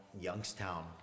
Youngstown